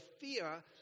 fear